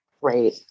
right